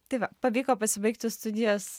tai va pavyko pasibaigti studijos